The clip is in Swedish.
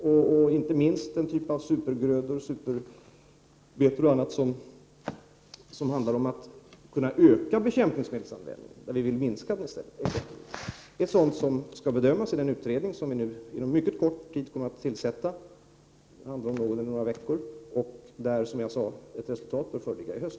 Inte minst kan det bli fråga om den typ av supergrödor, superbetor och annat där det handlar om att öka användningen av bekämpningsmedel, trots att vi vill minska den. Sådant skall bedömas i den utredning som inom mycket kort tid kommer att tillsättas. Det rör sig om någon eller några veckor. Resultatet bör som sagt föreligga i höst.